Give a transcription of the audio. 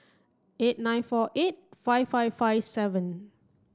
eight nine four eight five five five seven